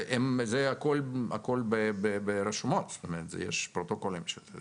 וזה הכול ברשומות, יש פרוטוקולים של זה.